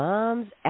Moms